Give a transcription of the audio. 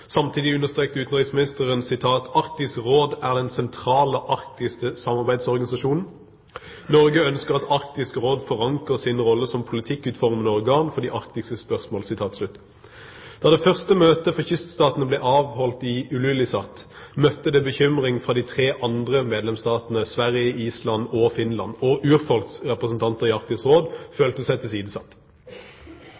Samtidig understreket utenriksministeren: «Arktisk Råd er den sentrale arktiske samarbeidsorganisasjonen. Norge ønsker at Arktisk Råd forankrer sin rolle som politikkutformende organ for arktiske spørsmål.» Da det første møtet for kyststatene ble avholdt i Ilulissat, møtte det bekymring fra de tre andre medlemsstatene Sverige, Island og Finland, og urfolks representanter i Arktisk Råd